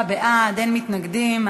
39 בעד, אין מתנגדים.